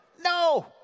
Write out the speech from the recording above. No